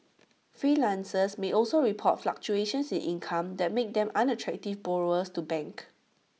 freelancers may also report fluctuations in income that make them unattractive borrowers to banks